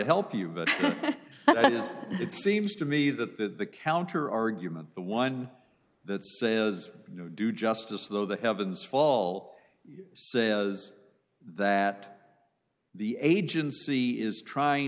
help you but it seems to me that that the counter argument the one that says do justice though the heavens fall says that the agency is trying